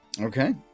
Okay